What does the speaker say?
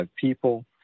people